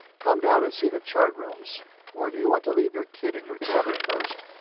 come down and see the chart rooms or do you want to leave your kit in your cabin first?